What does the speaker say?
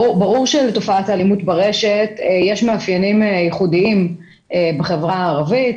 ברור שלתופעת האלימות ברשת יש מאפיינים ייחודיים בחברה הערבית,